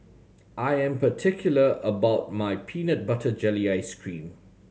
I am particular about my peanut butter jelly ice cream